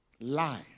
lie